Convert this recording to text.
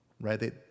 right